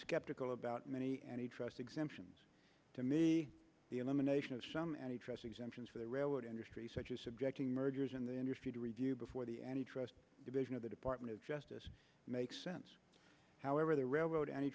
skeptical about many any trust exemptions to me the elimination of some anti trust exemptions for the railroad industry such as subjecting mergers in the industry to review before the any trust division of the department of justice makes sense however the railroad any